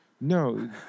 No